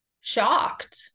Shocked